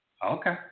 Okay